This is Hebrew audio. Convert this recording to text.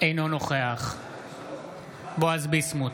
אינו נוכח בועז ביסמוט,